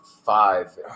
five